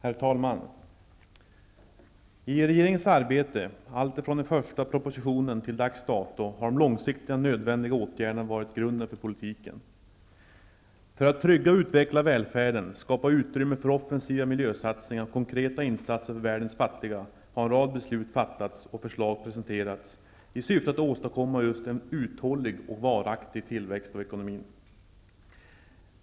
Herr talman! I regeringens arbete -- alltifrån den första propositionen till dags dato -- har de långsiktigt nödvändiga åtgärderna varit grunden för politiken. För att trygga och utveckla välfärden, skapa utrymme för offensiva miljösatsningar och konkreta insatser för världens fattiga har en rad beslut fattats och förslag presenterats i syfte att åstadkomma en uthållig och varaktig tillväxt i ekonomin.